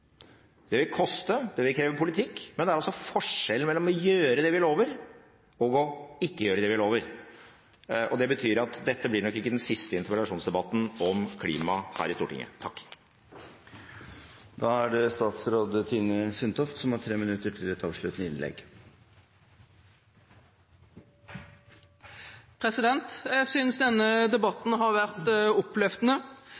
Det vil koste. Det vil kreve politikk. Men det er altså forskjellen mellom å gjøre det vi lover, og ikke å gjøre det vi lover. Det betyr at dette nok ikke blir den siste interpellasjonsdebatten om klima her i Stortinget. Jeg synes denne debatten har vært oppløftende. Klimapolitikken er et område hvor mange vil mye. Arbeiderpartiet, som